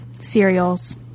cereals